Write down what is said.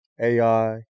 AI